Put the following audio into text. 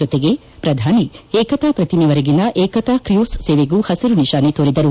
ಜೊತೆಗೆ ಪ್ರಧಾನಿ ಏಕತಾ ಪ್ರತಿಮೆವರೆಗಿನ ಏಕತಾ ಕ್ರೂ ್ವಸ್ ಸೇವೆಗೂ ಪಸಿರು ನಿಶಾನೆ ತೋರಿದರು